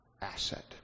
asset